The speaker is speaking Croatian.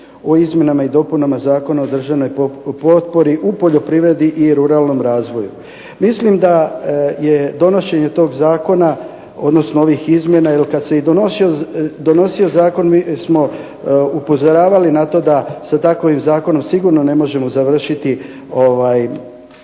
o izmjenama i dopunama Zakona o državnoj potpori u poljoprivredi i ruralnom razvoju. Mislim da je donošenje toga zakona, odnosno ovih izmjena jer kada se i donosio zakon mi smo upozoravali da se takvim zakonom sigurno ne možemo završiti